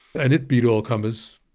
and it beat all comers.